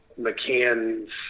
McCann's